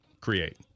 create